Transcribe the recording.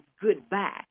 goodbye